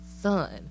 son